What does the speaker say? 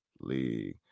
League